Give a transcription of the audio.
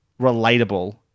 relatable